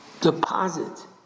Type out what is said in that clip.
deposit